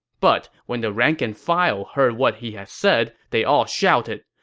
but when the rank-and-file heard what he had said, they all shouted,